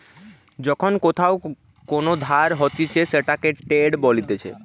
যখন কোথাও কোন ধার হতিছে সেটাকে ডেট বলতিছে